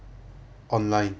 online